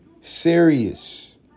serious